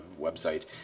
website